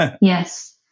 yes